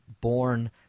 born –